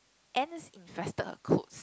ants infested her clothes